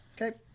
Okay